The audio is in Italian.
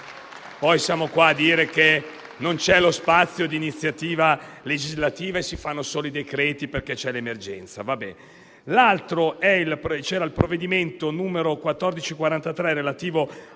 poi stiamo qua a dire che non c'è lo spazio d'iniziativa legislativa e si fanno solo i decreti, perché c'è l'emergenza.